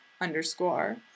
underscore